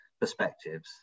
perspectives